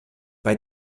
bei